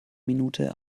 minute